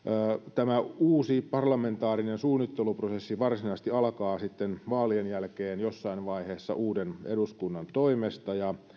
tämä uusi parlamentaarinen suunnitteluprosessi varsinaisesti alkaa vaalien jälkeen jossain vaiheessa uuden eduskunnan toimesta ja ne